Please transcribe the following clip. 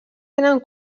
tenen